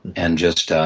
and just